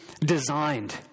designed